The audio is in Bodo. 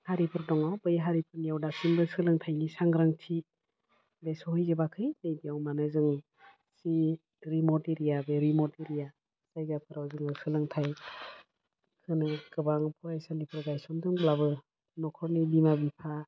हारिफोर दङ बै हारिफोरनियाव दासिमबो सोलोंथाइनि सांग्रांथि बे सहैजोबाखै नै बेयाव मानो जों जि रिमट एरिया बे रिमट एरिया जायगाफ्राव जोङो सोलोंथाइ होनो गोबां फरायसालिफोर गायसनदोंब्लाबो नख'रनि बिमा बिफा